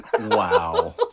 wow